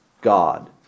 God